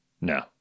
No